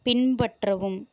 பின்பற்றவும்